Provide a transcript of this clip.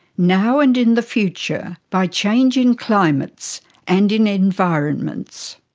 now and in the future, by change in climates and in environments.